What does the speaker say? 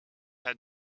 has